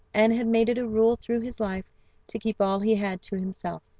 and had made it a rule through his life to keep all he had to himself.